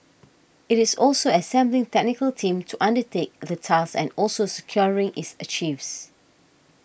it is also assembling technical team to undertake the task and also securing its archives